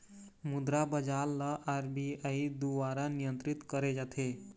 मुद्रा बजार ल आर.बी.आई दुवारा नियंत्रित करे जाथे